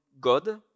God